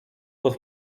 pod